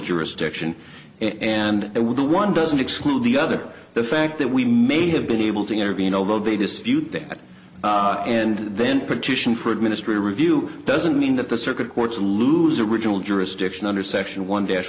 jurisdiction and we're the one doesn't exclude the other the fact that we may have been able to intervene although they dispute that and then petition for administrative review doesn't mean that the circuit courts lose original jurisdiction under section one dash